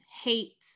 hate